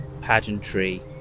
pageantry